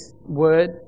word